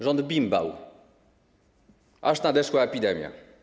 Rząd bimbał, aż nadeszła epidemia.